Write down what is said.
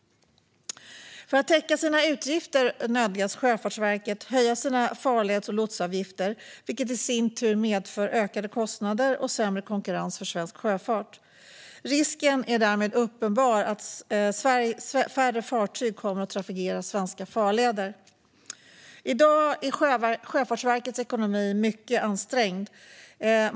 För att täcka sina utgifter nödgas Sjöfartsverket höja sina farleds och lotsavgifter, vilket i sin tur medför ökade kostnader och sämre konkurrens för svensk sjöfart. Risken är därmed uppenbar att färre fartyg kommer att trafikera svenska farleder. I dag är Sjöfartsverkets ekonomi mycket ansträngd.